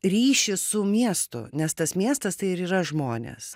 ryšį su miestu nes tas miestas tai ir yra žmonės